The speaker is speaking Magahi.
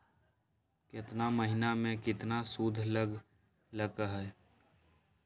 केतना महीना में कितना शुध लग लक ह?